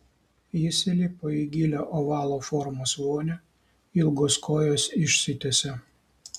jis įlipo į gilią ovalo formos vonią ilgos kojos išsitiesė